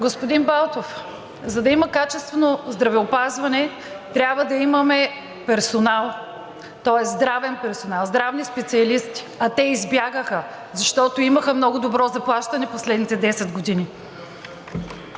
Господин Балтов, за да има качествено здравеопазване, трябва да имаме персонал. Тоест здравен персонал – здравни специалисти, а те избягаха, защото имаха много добро заплащане в последните 10 години.